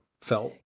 felt